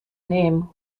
name